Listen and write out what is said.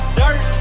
dirt